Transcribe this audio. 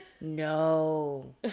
No